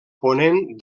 ponent